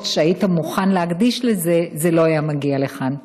שהיית מוכן להקדיש לזה זה לא היה מגיע לכאן.